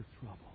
trouble